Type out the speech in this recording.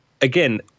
Again